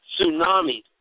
tsunami